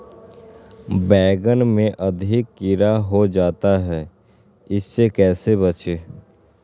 बैंगन में अधिक कीड़ा हो जाता हैं इससे कैसे बचे?